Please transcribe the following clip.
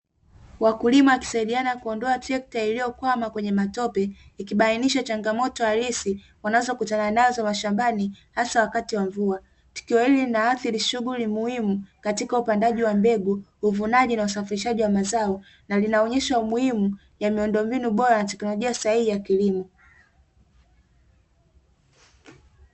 Wakulima wakisaidia kuondoa trekta lililokwama kwenye matope, ikibainisha changamoto halisi wanazokutana nazo mashambani hasa wakati wa mvua, tukio hili linaathiri shughuli muhimu katika upandaji wa mbegu uvunaji na usafirishaji wa mazao na linaonyesha umuhimu ya miundo mbinu bora na teknolojia sahihi ya kilimo.